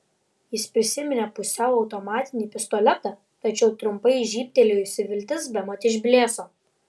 jis prisiminė pusiau automatinį pistoletą tačiau trumpai žybtelėjusi viltis bemat išblėso